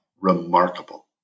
remarkable